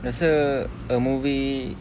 rasa a movie